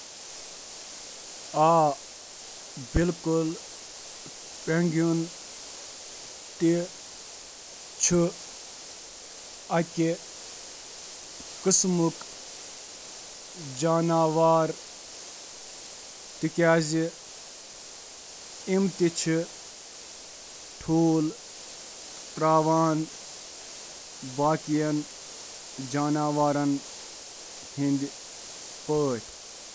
آ، پینگوئن چِھ اکہٕ قسمک پرندٕ سمجھنہٕ یوان تکیازِ پینگوئن چِھ پنکھ آسان۔ پینگوئن چِھ گرم خونہٕ وٲل آسان۔ پینگوئن چِھ ٹھوٗل دِوان۔ پینگوئن چِھ آبی جاناوار یم آبس منٛز روزان چِھ۔